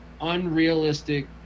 unrealistic